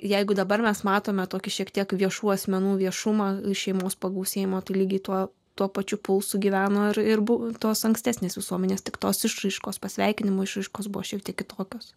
jeigu dabar mes matome tokį šiek tiek viešų asmenų viešumą šeimos pagausėjimą tai lygiai tuo tuo pačiu pulsų gyveno ir ir buvo tos ankstesnės visuomenės tik tos išraiškos pasveikinimo išraiškos buvo šiek tiek kitokios